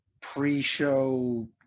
pre-show